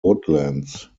woodlands